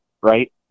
right